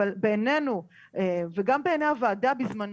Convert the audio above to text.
אבל בעינינו וגם בעיני הוועדה בזמנו,